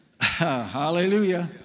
Hallelujah